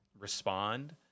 respond